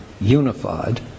unified